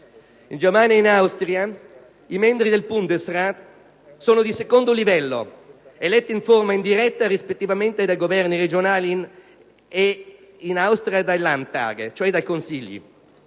In Germania ed in Austria i membri del *Bundesrat* sono di secondo livello, eletti in forma indiretta, rispettivamente, dai Governi regionali e in Austria dai *Landtage*, cioè dai Consigli